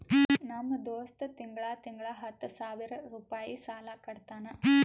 ನಮ್ ದೋಸ್ತ ತಿಂಗಳಾ ತಿಂಗಳಾ ಹತ್ತ ಸಾವಿರ್ ರುಪಾಯಿ ಸಾಲಾ ಕಟ್ಟತಾನ್